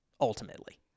ultimately